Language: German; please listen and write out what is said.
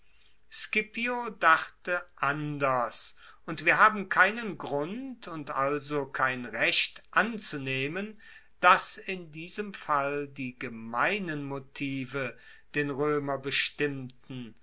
scipio dachte anders und wir haben keinen grund und also kein recht anzunehmen dass in diesem fall die gemeinen motive den roemer bestimmten